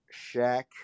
Shaq